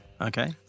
okay